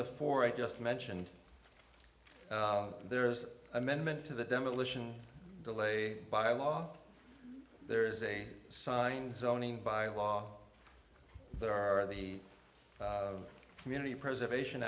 the four i just mentioned there's amendment to the demolition delay by law there is a signed zoning by law there are the community preservation